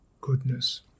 goodness